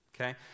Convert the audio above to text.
Okay